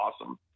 awesome